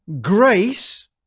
grace